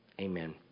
Amen